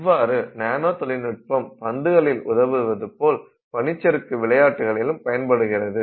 இவ்வாறு நானோ தொழில்நுட்பம் பந்துகளில் உதவுவதுபோல் பனிச்சறுக்கு விளையாட்டிலும் பயன்படுகிறது